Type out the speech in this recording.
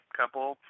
couple